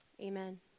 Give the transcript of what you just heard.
Amen